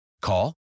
Call